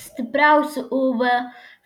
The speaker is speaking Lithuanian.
stipriausiu uv